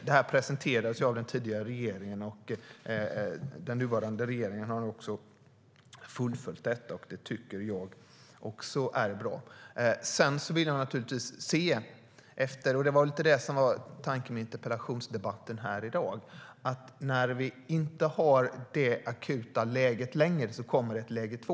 Detta presenterades av den tidigare regeringen, och den nuvarande regeringen har fullföljt det. Det tycker jag också är bra. Tanken med interpellationsdebatten i dag var lite grann att när vi inte har detta akuta läge längre fram kommer det ett läge två.